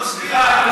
לא סגירה.